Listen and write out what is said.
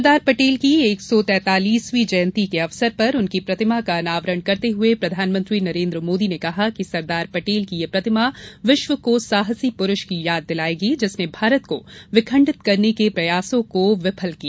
सरदार पटेल की एक सौ तेंतालीसवीं जयंती के अवसर पर उनकी प्रतिमा का अनावरण करते हुए प्रधानमंत्री नरेन्द्र मोदी ने कहा कि सरदार पटेल की यह प्रतिमा विश्व को साहसी पुरूष की याद दिलायेगी जिसने भारत को विखंडित करने के प्रयासों को विफल किया